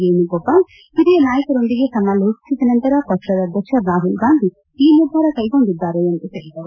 ವೇಣುಗೋಪಾಲ್ ಓರಿಯ ನಾಯಕರೊಂದಿಗೆ ಸಮಾಲೋಚಿಸಿದ ನಂತರ ಪಕ್ಷದ ಅಧ್ಯಕ್ಷ ರಾಹುಲ್ ಗಾಂಧಿ ಈ ನಿರ್ಧಾರ ಕೈಗೊಂಡಿದ್ದಾರೆ ಎಂದರು